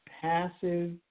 passive